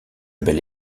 bel